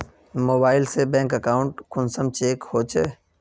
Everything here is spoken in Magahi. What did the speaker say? मोबाईल से बैंक अकाउंट कुंसम चेक होचे?